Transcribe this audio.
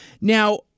Now